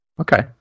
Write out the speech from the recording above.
Okay